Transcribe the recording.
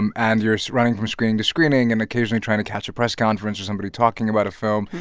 and and you're running from screening to screening and occasionally trying to catch a press conference or somebody talking about a film.